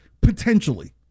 potentially